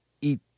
eat